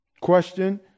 Question